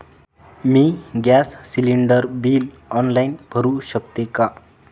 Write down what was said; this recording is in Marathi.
मी गॅस सिलिंडर बिल ऑनलाईन भरु शकते का?